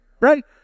Right